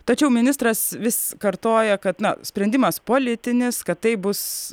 tačiau ministras vis kartoja kad na sprendimas politinis kad tai bus